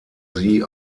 sie